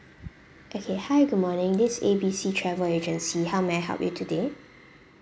okay hi good morning this is A B C travel agency how may I help you today